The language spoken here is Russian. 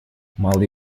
малые